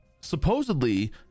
supposedly